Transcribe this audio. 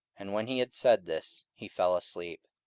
and when he had said this, he fell asleep.